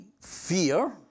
fear